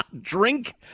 Drink